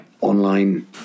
online